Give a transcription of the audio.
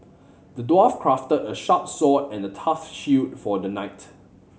the dwarf crafted a sharp sword and a tough shield for the knight